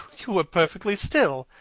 you were perfectly still.